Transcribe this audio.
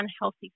unhealthy